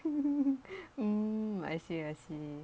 hmm I see I see